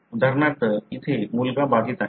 उदाहरणार्थ इथे मुलगा बाधित आहे